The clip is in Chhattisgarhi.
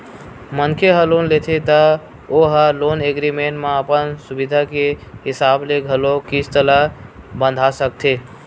मनखे ह लोन लेथे त ओ ह लोन एग्रीमेंट म अपन सुबिधा के हिसाब ले घलोक किस्ती ल बंधा सकथे